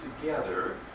together